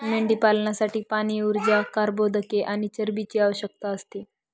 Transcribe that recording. मेंढीपालनासाठी पाणी, ऊर्जा, कर्बोदके आणि चरबीची आवश्यकता असते